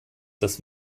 das